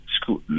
school